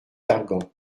gargan